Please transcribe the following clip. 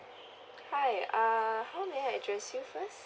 hi uh how may I address you first